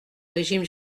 régime